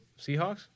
Seahawks